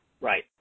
Right